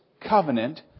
covenant